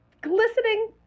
glistening